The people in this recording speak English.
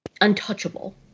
untouchable